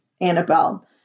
Annabelle